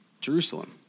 Jerusalem